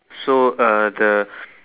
so uh the